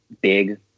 big